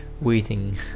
waiting